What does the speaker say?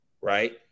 right